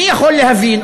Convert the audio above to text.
אני יכול להבין,